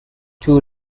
two